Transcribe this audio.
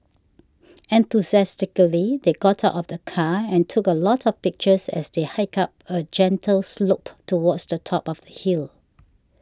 enthusiastically they got out of the car and took a lot of pictures as they hiked up a gentle slope towards the top of the hill